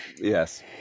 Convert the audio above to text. Yes